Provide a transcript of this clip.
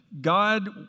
God